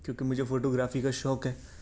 کیونکہ مجھے photography کا شوق ہے